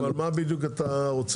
אבל מה בדיוק אתה רוצה?